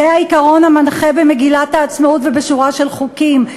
זה העיקרון המנחה במגילת העצמאות ובשורה של חוקים.